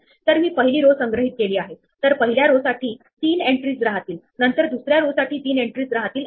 आता आपण सुरुवातीचा नोड मार्क केला आहे असे म्हणून सेट अप करत आहोत आणि आपण क्यू मधून सुरुवातीचा नोड आत टाकत आहोत